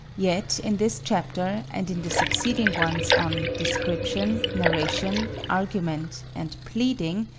yet in this chapter, and in the succeeding ones on description, narration, argument, and pleading,